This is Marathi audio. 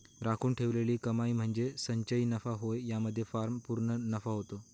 राखून ठेवलेली कमाई म्हणजे संचयी नफा होय यामध्ये फर्म पूर्ण नफा घेते